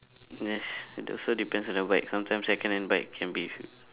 yes it also depends on the bike sometimes second hand bike can be